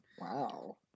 wow